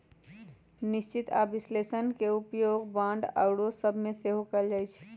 निश्चित आऽ विश्लेषण के उपयोग बांड आउरो सभ में सेहो कएल जाइ छइ